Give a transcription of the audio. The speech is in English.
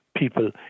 People